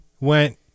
went